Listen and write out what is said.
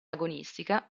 agonistica